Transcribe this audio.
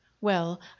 Well